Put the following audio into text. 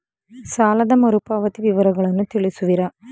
ಸಾಲದ ಮರುಪಾವತಿ ವಿವರಗಳನ್ನು ತಿಳಿಸುವಿರಾ?